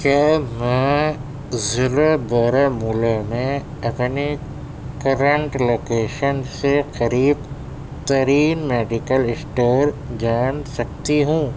کیا میں ضلع بارہ مولہ میں اپنی کرنٹ لوکیشن سے قریب ترین میڈیکل اسٹور جان سکتی ہوں